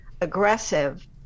aggressive